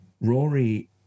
Rory